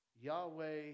Yahweh